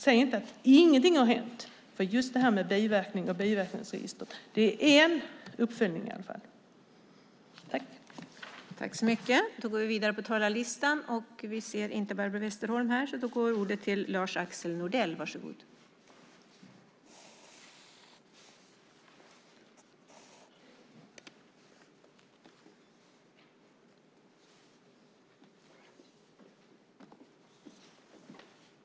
Säg inte att ingenting har hänt, för just detta med biverkningar och biverkningsregistret är i alla fall en uppföljning.